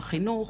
חינוך,